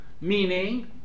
Meaning